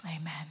Amen